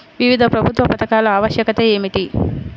వివిధ ప్రభుత్వ పథకాల ఆవశ్యకత ఏమిటీ?